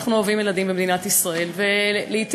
אנחנו אוהבים ילדים במדינת ישראל ולעתים